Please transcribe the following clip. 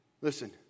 Listen